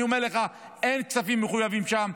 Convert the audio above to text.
אני אומר לך, אין כספים מחויבים שם.